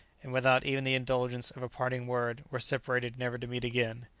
and without even the indulgence of a parting word, were separated never to meet again.